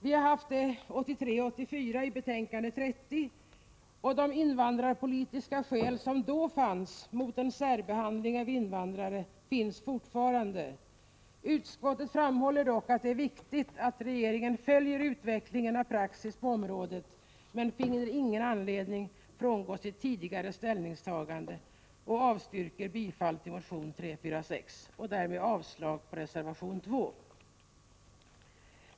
Vi behandlade denna fråga i utskottets betänkande 1983/84:30, och de invandrarpolitiska skäl som då fanns mot en särbehandling av invandrare finns fortfarande. Utskottet framhåller dock att det är viktigt att regeringen följer utvecklingen av praxis på området, men vi finner ingen anledning att frångå vårt tidigare ställningstagande och avstyrker bifall till motion 346. Därmed yrkas avslag på reservation 2.